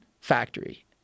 factory